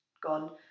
gone